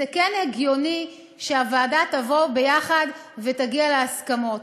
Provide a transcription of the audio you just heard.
וכן הגיוני שהוועדה תבוא, ביחד, ותגיע להסכמות.